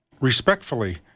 respectfully